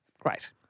Great